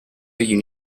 you